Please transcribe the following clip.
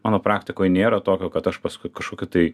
mano praktikoj nėra tokio kad aš paskui kažkokį tai